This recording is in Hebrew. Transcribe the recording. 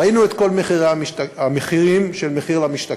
ראינו את המחירים של מחיר למשתכן.